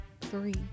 three